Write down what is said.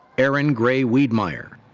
erin gray wiedmaier.